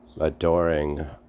adoring